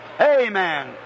Amen